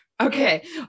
Okay